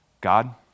God